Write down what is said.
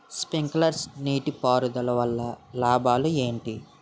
Sprinkler నీటిపారుదల వల్ల లాభాలు ఏంటి?